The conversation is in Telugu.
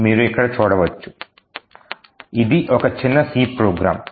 మీరు ఇక్కడ చూడవచ్చు ఇది ఒక చిన్న C ప్రోగ్రామ్